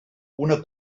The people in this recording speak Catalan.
una